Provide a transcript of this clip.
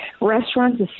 restaurants